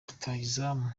rutahizamu